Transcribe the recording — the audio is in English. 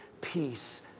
peace